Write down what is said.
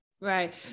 Right